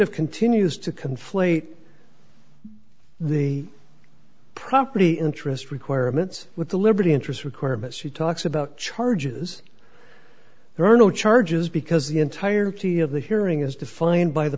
conflate the property interest requirements with the liberty interest requirement she talks about charges there are no charges because the entirety of the hearing is defined by the